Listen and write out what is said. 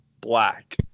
black